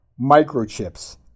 microchips